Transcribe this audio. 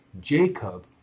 Jacob